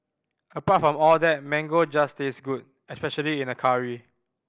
apart from all that mango just tastes good especially in a curry